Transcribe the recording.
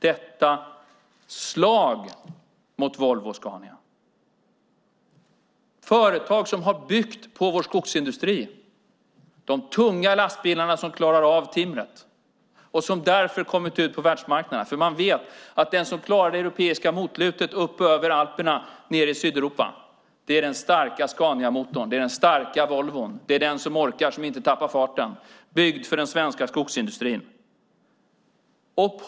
Den är ett slag mot Volvo och Scania. Dessa företag har byggt på vår skogsindustri genom de tunga lastbilarna som klarar av timret och som därför har kommit ut på världsmarknaderna. Man vet att den som klarar det europeiska motlutet upp över Alperna och ned i Sydeuropa är den starka Scaniamotorn och den starka Volvon som inte tappar farten, byggda för den svenska skogsindustrin.